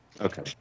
Okay